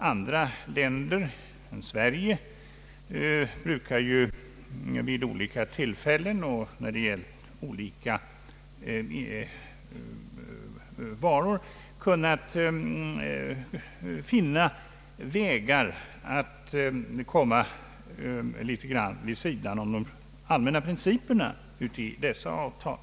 Andra länder än Sverige brukar ju vid olika tillfällen och i fråga om olika varor kunna finna vägar att komma något litet vid sidan om de allmänna principerna i dessa avtal.